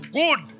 good